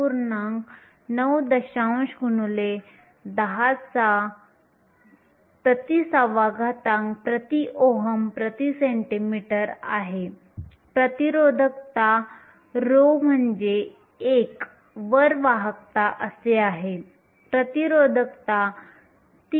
9 x 10 6 Ω 1 cm 1 आहे प्रतिरोधकता ρ म्हणजे 1 वर वाहकता असे आहे प्रतिरोधकता 3